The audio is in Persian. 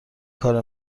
کارو